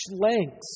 lengths